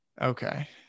Okay